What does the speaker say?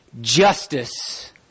justice